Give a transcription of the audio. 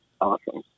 awesome